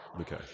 Okay